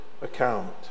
account